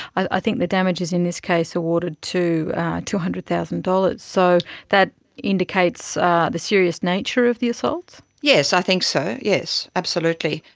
i think the damages in this case awarded to two hundred thousand dollars. so that indicates the serious nature of the assaults? yes, i think so, yes absolutely.